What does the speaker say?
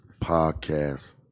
podcast